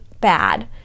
bad